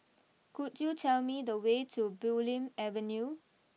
could you tell me the way to Bulim Avenue